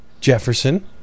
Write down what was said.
Jefferson